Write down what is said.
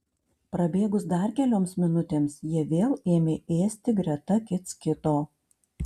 prabėgus dar kelioms minutėms jie vėl ėmė ėsti greta kits kito